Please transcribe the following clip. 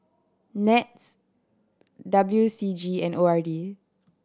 NETS W C G and O R D